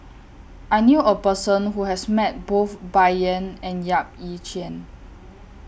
I knew A Person Who has Met Both Bai Yan and Yap Ee Chian